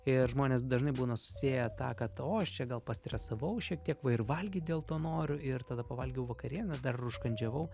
ir žmonės dažnai būna susieję tą kad o aš čia gal pastresavau šiek tiek va ir valgyt dėl to noriu ir tada pavalgiau vakarienės dar ir užkandžiavau